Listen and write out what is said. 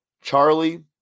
Charlie